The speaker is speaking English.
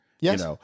Yes